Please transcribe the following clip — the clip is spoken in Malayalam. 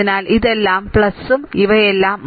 അതിനാൽ ഇതെല്ലാം ഇവയെല്ലാം